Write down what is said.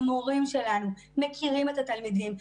המורים שלנו מכירים את התלמידים,